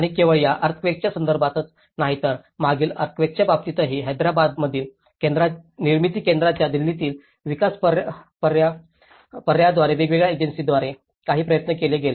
आणि केवळ या अर्थक्वेकांच्या संदर्भातच नाही तर मागील अर्थक्वेकांच्या बाबतीतही हैदराबादमधील निर्मिती केंद्राच्या दिल्लीतील विकास पर्यायांद्वारे वेगवेगळ्या एजन्सीद्वारे काही प्रयत्न केले गेले